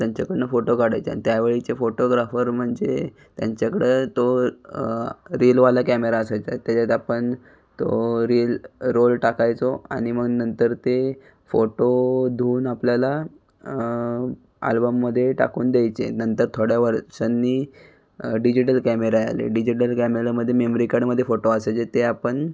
त्यांच्याकडून फोटो काढायचे आणि त्यावेळीचे फोटोग्राफर म्हणजे त्यांच्याकडे तो रिलवाला कॅमेरा असायचा त्याच्यात आपण तो रील रोल टाकायचो आणि मग नंतर ते फोटो धुवून आपल्याला आल्बममध्ये टाकून द्यायचे नंतर थोड्या वर्षांनी डिजिटल कॅमेरा आले डिजिटल कॅमेऱ्यामध्ये मेमरी कार्डमध्ये फोटो असायचे ते आपण